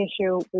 issue